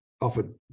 offered